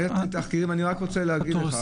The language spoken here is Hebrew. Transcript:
באחד התחקירים היה כתוב,